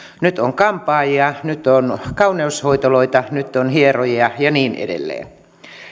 nyt on kampaajia nyt on kauneushoitoloita nyt on hierojia ja niin edelleen